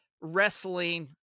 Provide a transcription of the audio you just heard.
wrestling